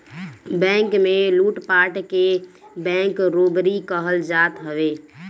bank में लूटपाट के बैंक रोबरी कहल जात हवे